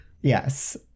Yes